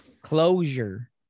closure